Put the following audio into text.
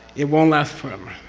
it won't last forever.